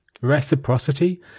Reciprocity